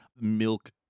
milk